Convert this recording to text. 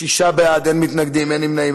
שישה בעד, אין מתנגדים, אין נמנעים.